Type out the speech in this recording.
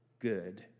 good